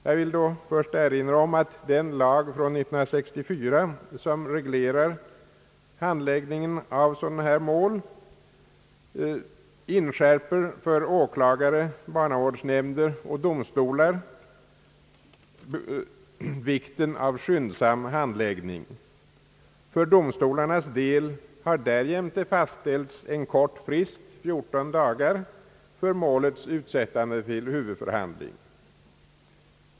Jag vill då först erinra om att den lag från år 1964 som reglerar handläggningen av sådana mål inskärper för åklagare, barnavårdsnämnder och domstolar vikten av skyndsam handläggning. För domstolarnas del har därjämte fastställts en kort frist, fjorton dagar, för målets utsättande till huvudförhandling.